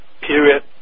Period